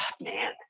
man